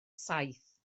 saith